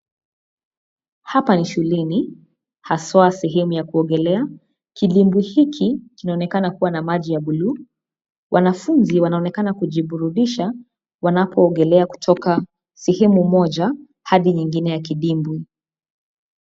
Hapa ni shuleni, haswa sehemu ya kuogelea. Kidimbwi hiki kinaonekana kuwa na maji ya bluu. Wanafunzi wanaonekana kujiburudisha wanapoogelea kutoka sehemu moja hadi nyingine ya kidimbwi.